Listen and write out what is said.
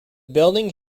building